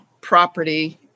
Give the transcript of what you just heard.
property